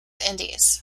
indies